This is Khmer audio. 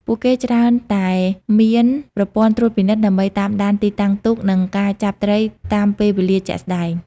ពួកគេច្រើនតែមាន ប្រព័ន្ធត្រួតពិនិត្យ ដើម្បីតាមដានទីតាំងទូក និងការចាប់ត្រីតាមពេលវេលាជាក់ស្តែង។